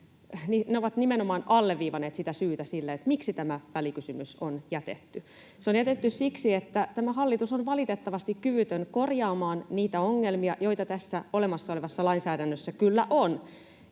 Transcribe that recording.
ovat nimenomaan alleviivanneet syytä sille, miksi tämä välikysymys on jätetty. Se on jätetty siksi, että tämä hallitus on valitettavasti kyvytön korjaamaan niitä ongelmia, joita tässä olemassa olevassa lainsäädännössä kyllä on.